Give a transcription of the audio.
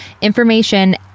information